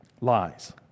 Lies